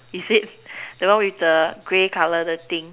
is it the one with the grey colour the thing